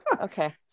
Okay